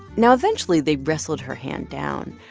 now, eventually, they wrestled her hand down.